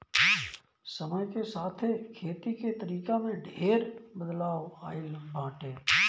समय के साथे खेती के तरीका में ढेर बदलाव आइल बाटे